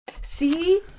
See